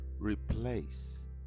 Replace